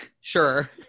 Sure